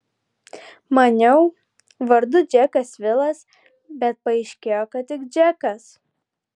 maniau vardu džekas vilas bet paaiškėjo kad tik džekas